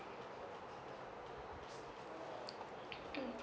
mm